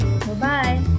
Bye-bye